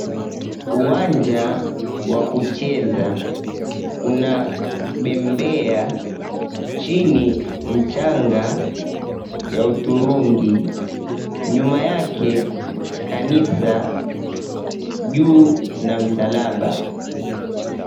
Uwanja wa kucheza una bembea chini mchanga ya hudhurungi nyuma yake kanisa juu na msalaba.